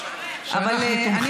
שאנחנו תומכים.